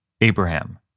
Abraham